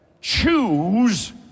choose